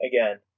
Again